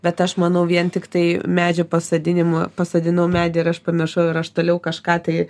bet aš manau vien tiktai medžio pasodinimo pasodinau medį ir aš pamiršau ir aš toliau kažką tai